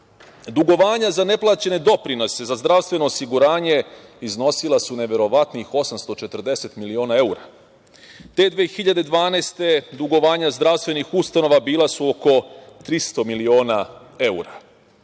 Evropi. Dugovanja za neplaćene doprinose za zdravstveno osiguranje iznosila su neverovatnih 840 miliona evra. Te 2012. godine, dugovanja zdravstvenih ustanova bila su oko 300 miliona evra.